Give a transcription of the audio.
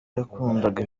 yakundaga